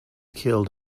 killed